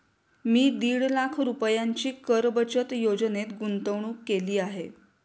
मी दीड लाख रुपयांची कर बचत योजनेत गुंतवणूक केली आहे